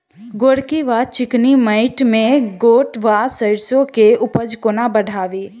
गोरकी वा चिकनी मैंट मे गोट वा सैरसो केँ उपज कोना बढ़ाबी?